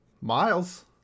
Miles